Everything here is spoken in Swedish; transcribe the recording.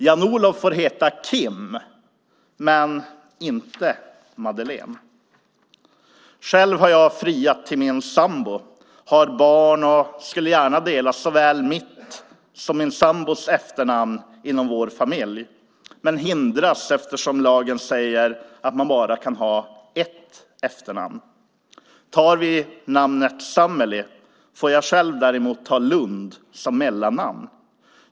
Jan-Olov får heta Kim men inte Madeleine. Själv har jag friat till min sambo, har barn och skulle gärna dela såväl mitt som min sambos efternamn inom vår familj. Men jag hindras eftersom lagen säger att man bara kan ha ett efternamn. Tar vi namnet Sammeli får jag själv däremot ta Lundh som mellannamn.